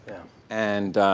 and